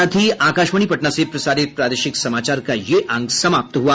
इसके साथ ही आकाशवाणी पटना से प्रसारित प्रादेशिक समाचार का ये अंक समाप्त हुआ